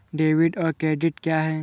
Debit और credit क्या है?